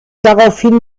daraufhin